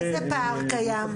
איזה פער קיים?